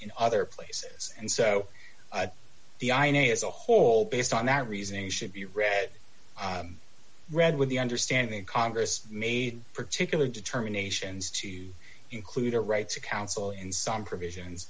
in other places and so the i a e a as a whole based on that reasoning should be read read with the understanding congress made particular determinations to include a right to counsel and some provisions